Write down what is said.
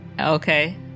Okay